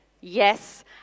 yes